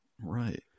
Right